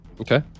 Okay